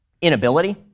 inability